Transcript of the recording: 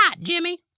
Jimmy